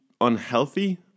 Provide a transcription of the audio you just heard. unhealthy